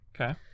Okay